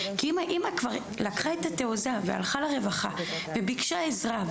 כי אם האימא כבר לקחה את התעוזה והלכה לרווחה וביקשה עזרה,